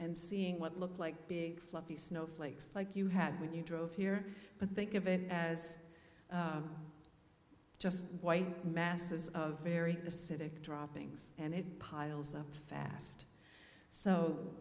and seeing what looked like big fluffy snow flakes like you had when you drove here but think of it as just masses of very acidic droppings and it piles up fast so